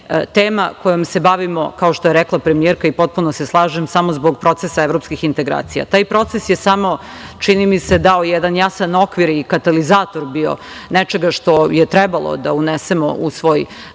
tema kojom se bavimo, kao što je rekla premijerka i potpuno se slažem, samo zbog procesa evropskih integracija. Taj proces je samo, čini mi se, dao jedan jasan okvir i katalizator bio nečega što je trebalo da unesemo u svoj